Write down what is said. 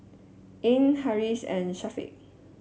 Ain Harris and Syafiq